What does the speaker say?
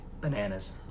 Bananas